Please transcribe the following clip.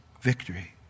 Victory